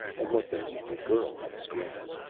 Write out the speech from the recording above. and what the mutant girl had skrenned.